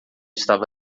estava